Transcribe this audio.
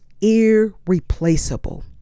irreplaceable